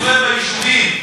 תסתובב ביישובים.